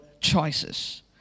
choices